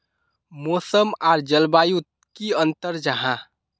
मौसम आर जलवायु युत की अंतर जाहा?